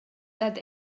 dad